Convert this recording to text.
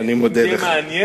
אם יהיה מעניין,